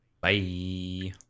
Bye